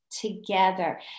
together